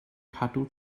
cadw